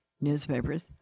newspapers